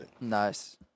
Nice